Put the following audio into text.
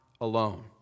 alone